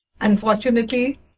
Unfortunately